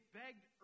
begged